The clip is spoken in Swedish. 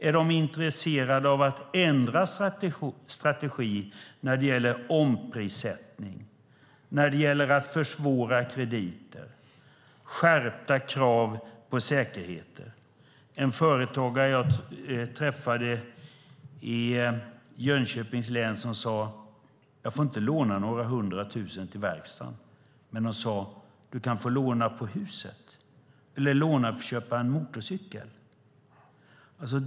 Är de intresserade av att ändra strategi när det gäller omprissättning, försvårad kreditgivning och skärpta krav på säkerheter? En företagare jag träffade i Jönköpings län sade att han inte fått låna några hundra tusen till verkstaden men att han fått veta att han fick låna på huset eller låna för att köpa en motorcykel.